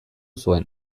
zuen